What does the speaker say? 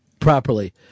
properly